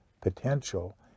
potential